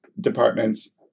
departments